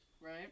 right